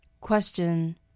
Question